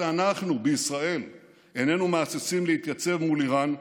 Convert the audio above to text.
אנחנו בישראל איננו מהססים להתייצב מול איראן,